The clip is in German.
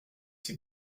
sie